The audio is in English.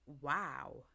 wow